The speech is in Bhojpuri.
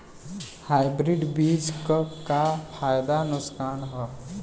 हाइब्रिड बीज क का फायदा नुकसान ह?